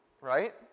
right